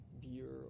beer